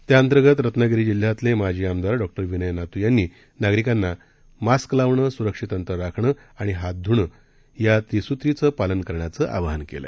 त्याअंतर्गत रत्नागिरी जिल्ह्यातले माजी आमदार डॉक्टर विनय नातू यांनी नागरिकांना मास्क लावणं सुरक्षित अंतर राखणं आणि हात धुणं या त्रिसूत्रीचं पालन करण्याचं आवाहन केलं